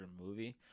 movie